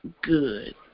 good